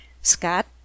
Scott